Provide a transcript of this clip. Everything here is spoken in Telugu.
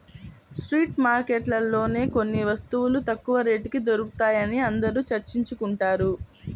స్ట్రీట్ మార్కెట్లలోనే కొన్ని వస్తువులు తక్కువ రేటుకి దొరుకుతాయని అందరూ చర్చించుకుంటున్నారు